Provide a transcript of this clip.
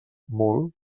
molt